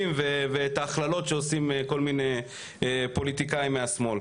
ואת ההכללות שעושים כל מיני פוליטיקאים מהשמאל.